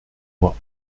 moi